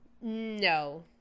No